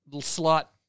slot